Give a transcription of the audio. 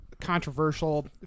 controversial